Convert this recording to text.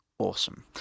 awesome